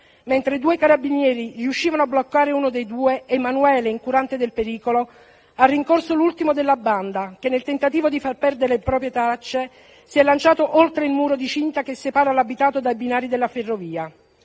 Mentre due carabinieri riuscivano a bloccare uno dei due, Emanuele, incurante del pericolo, ha rincorso l'ultimo della banda che, nel tentativo di far perdere le proprie tracce, si è lanciato oltre il muro di cinta che separa l'abitato dai binari della ferrovia.